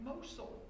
Mosul